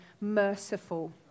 merciful